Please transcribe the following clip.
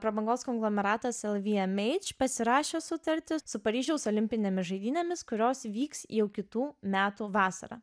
prabangos konglomeratas lvmh pasirašė sutartį su paryžiaus olimpinėmis žaidynėmis kurios vyks jau kitų metų vasarą